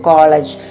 College